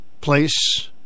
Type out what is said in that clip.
place